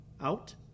out